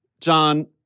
John